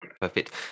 perfect